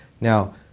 Now